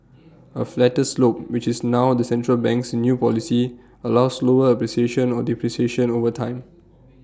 A flatter slope which is now the central bank's new policy allows slower appreciation or depreciation over time